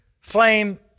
flame